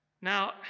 Now